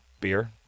beer